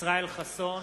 ישראל חסון,